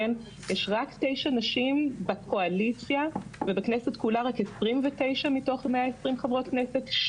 יש רק תשע נשים בקואליציה ובכנסת כולה רק 29 מתוך 120 חברי כנסת,